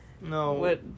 no